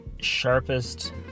sharpest